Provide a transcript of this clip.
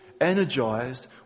energized